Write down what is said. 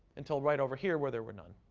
until right over here where there were none.